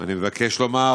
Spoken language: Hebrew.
אני מבקש לומר,